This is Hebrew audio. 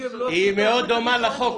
היא מאוד דומה לחוק.